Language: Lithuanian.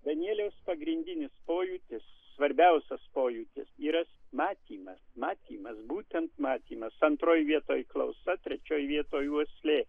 danieliaus pagrindinis pojūtis svarbiausias pojūtis yra matymas matymas būtent matymas antroj vietoj klausa trečioj vietoj uoslė